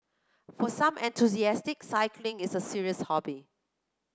for some enthusiastic cycling is a serious hobby